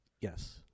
Yes